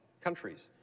countries